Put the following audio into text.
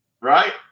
right